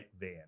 van